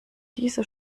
diese